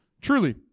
truly